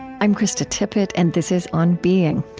i'm krista tippett, and this is on being.